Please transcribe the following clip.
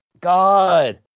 god